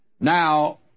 Now